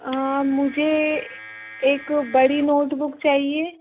मुझे एक बड़ी नोटबुक चाहिए